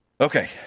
Okay